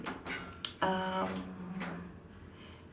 um